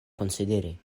konsideri